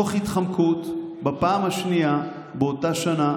תוך התחמקות בפעם השנייה באותה שנה